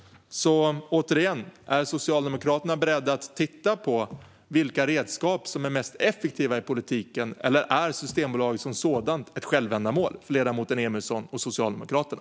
Återigen: Är Socialdemokraterna beredda att titta på vilka redskap som är mest effektiva i politiken? Eller är Systembolaget som sådant ett självändamål för ledamoten Emilsson och Socialdemokraterna?